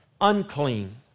unclean